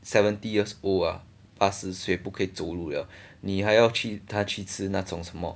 seventy years old ah 八十岁不可以走路了你还要去他吃那种什么